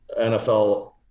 NFL